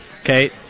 Okay